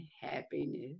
happiness